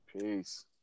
Peace